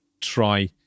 try